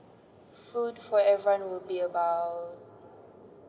food for everyone will be about